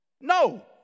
No